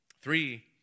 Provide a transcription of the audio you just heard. Three